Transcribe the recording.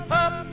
up